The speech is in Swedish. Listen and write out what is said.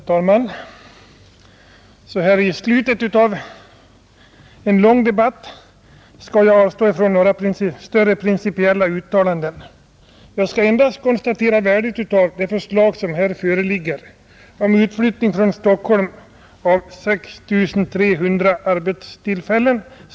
Herr talman! Så här i slutet av en lång debatt skall jag avstå från att göra några omfattande principiella uttalanden, Jag vill ändå konstatera värdet av det förslag som föreligger om utflyttning från Stockholm av 6 300 arbetstillfällen.